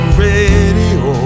radio